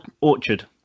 Orchard